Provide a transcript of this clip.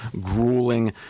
grueling